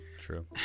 true